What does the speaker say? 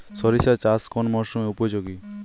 সরিষা চাষ কোন মরশুমে উপযোগী?